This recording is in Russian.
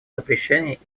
запрещения